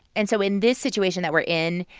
and so in this situation that we're in,